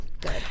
Good